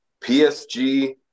PSG